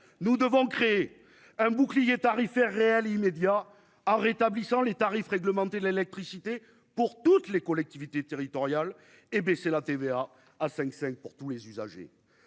nous devons créer un bouclier tarifaire réel immédiat ah rétablissant les tarifs réglementés de l'électricité pour toutes les collectivités territoriales et baisser la TVA à 5 5 pour tous les usagers,